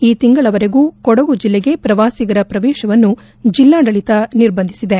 ಈ ತಿಂಗಳವರೆಗೂ ಕೊಡಗು ಜೆಲ್ಲೆಗೆ ಪ್ರವಾಸಿಗರ ಪ್ರವೇಶವನ್ನು ಜೆಲ್ಲಾಡಳಿತ ನಿರ್ಬಂಧಿಸಿದೆ